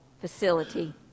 facility